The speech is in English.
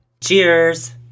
Cheers